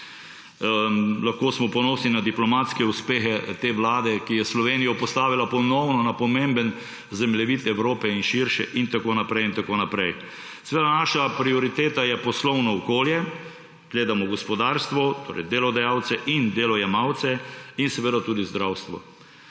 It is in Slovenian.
Lahko smo ponosni na diplomatske uspehe te vlade, ki je Slovenijo postavila ponovno na pomemben zemljevid Evrope in širše in tako naprej in tako naprej. Seveda naša prioriteta je poslovno okolje, gledamo gospodarstvo, torej delodajalce in delojemalce, in seveda tudi zdravstvo.